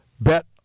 bet